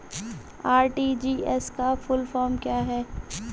RTGS का full form क्या है?